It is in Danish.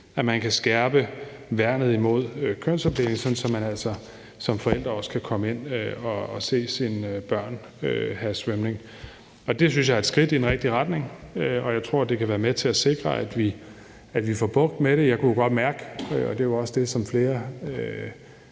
at man kan skærpe værnet imod kønsopdeling, sådan at man altså også som forældre kan komme ind at se sine børn have svømning. Det synes jeg er et skridt i den rigtige retning, og jeg tror, det kan være med til at sikre, at vi får bugt med det. Jeg kunne godt mærke – det er også det, som Dansk